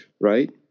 right